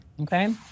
okay